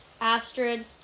Astrid